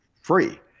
free